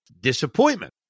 disappointment